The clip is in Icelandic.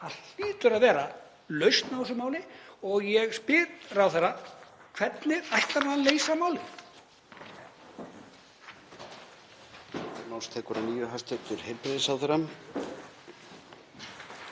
Það hlýtur að vera lausn á þessu máli og ég spyr ráðherra: Hvernig ætlar hann að leysa málið?